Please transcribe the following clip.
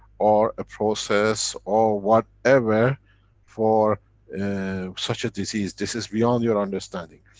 or a process, or whatever for and such a disease. this is beyond your understanding.